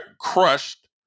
crushed